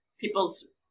people's